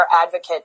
advocate